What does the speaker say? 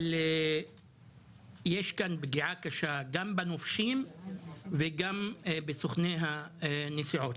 יש כאן פגיעה קשה גם בנופשים וגם בסוכני הנסיעות.